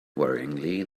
worryingly